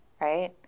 right